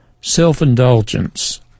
self-indulgence